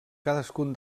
cadascun